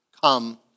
come